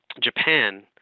Japan